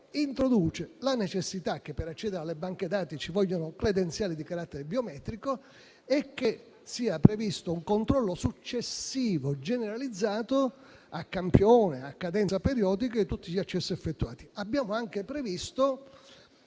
introduce la necessità che per accedere alle banche dati siano richieste credenziali di carattere biometrico e sia previsto un controllo successivo generalizzato a campione, a cadenza periodica, di tutti gli accessi effettuati. Abbiamo anche previsto